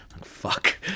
Fuck